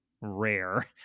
rare